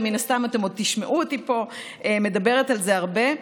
ומן הסתם אתם עוד תשמעו אותי פה מדברת על זה הרבה.